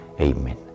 Amen